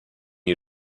you